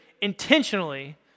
intentionally